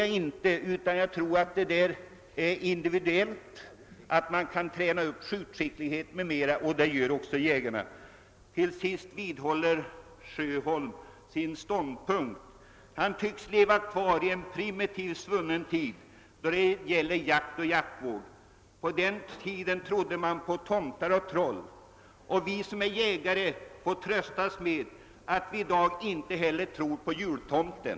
Jag tror att skjutskickligheten är individuell men att man kan träna upp den, och det gör också jägarna. Herr Sjöholm vidhåller sin ståndpunkt. Han tycks leva kvar i en svunnen tid med primitiv jakt och jaktvård. På den tiden trodde man på tomtar och troll. Vi som är jägare får trösta oss med att man i dag inte heller tror på jultomten.